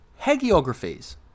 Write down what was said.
Hagiographies